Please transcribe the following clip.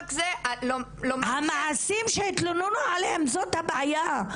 המעשים שהתלוננו עליהם זאת הבעיה,